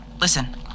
Listen